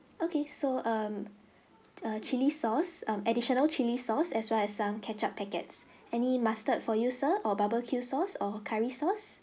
okay so um err chilli sauce um additional chilli sauce as well as some ketchup packets any mustard for you sir or barbecue sauce or curry sauce